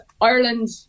Ireland